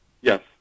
Yes